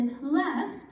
left